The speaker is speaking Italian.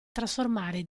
trasformare